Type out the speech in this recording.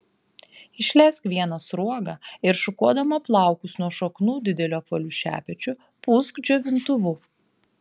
išleisk vieną sruogą ir šukuodama plaukus nuo šaknų dideliu apvaliu šepečiu pūsk džiovintuvu